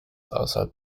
außerhalb